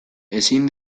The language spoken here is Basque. ezin